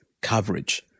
coverage